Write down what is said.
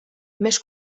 més